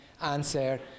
answer